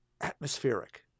atmospheric